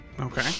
Okay